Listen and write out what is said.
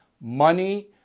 Money